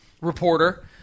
reporter